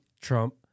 Trump